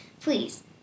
please